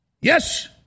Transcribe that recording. yes